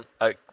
I-